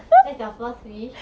that's your first wish